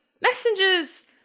messengers